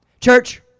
Church